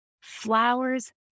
flowers